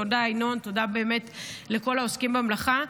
תודה, ינון, באמת תודה לכל העוסקים במלאכה.